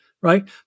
right